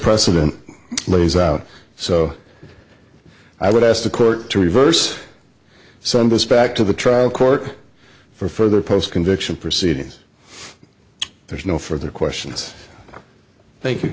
precedent lays out so i would ask the court to reverse some of this back to the trial court for further post conviction proceedings there's no further questions thank you